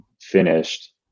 finished